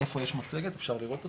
יש מצגת, אפשר לראות אותה?